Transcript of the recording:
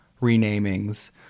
renamings